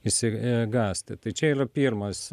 išsi i gąsti tai čia yra pirmas